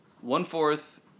one-fourth